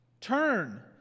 Turn